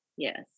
Yes